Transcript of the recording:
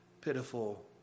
pitiful